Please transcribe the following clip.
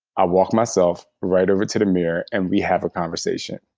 i walk myself right over to the mirror, and we have a conversation.